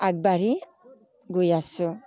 আগবাঢ়ি গৈ আছোঁ